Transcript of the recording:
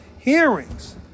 hearings